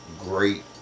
great